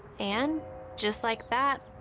and just like that,